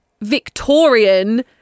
Victorian